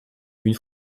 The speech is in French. une